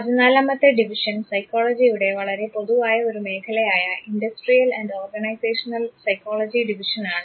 പതിനാലാമത്തെ ഡിവിഷനും സൈക്കോളജിയുടെ വളരെ പൊതുവായ ഒരു മേഖലയായ industrial and organisational psychology division ആണ്